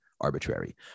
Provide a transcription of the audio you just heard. arbitrary